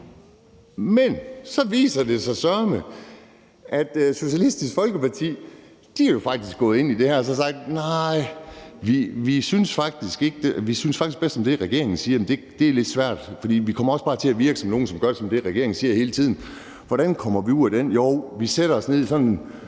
Men så viser det sig søreme, at Socialistisk Folkeparti er gået ind i det her og har sagt: Nej, vi synes faktisk bedst om det, som regeringen siger, men det er lidt svært, for vi kommer bare til at virke som nogle, som hele tiden gør det, som regeringen siger. Og hvordan kommer vi ud af det? Jo, vi sætter os ned sammen